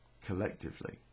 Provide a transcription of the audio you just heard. collectively